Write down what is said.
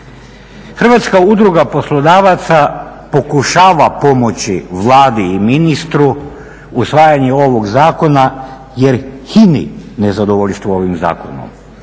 Hrvatska udruga poslodavaca pokušava pomoći Vladi i ministru usvajanje ovog Zakona jer hini nezadovoljstvo ovim Zakonom.